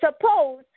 suppose